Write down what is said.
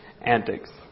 antics